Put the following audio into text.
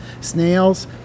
Snails